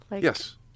Yes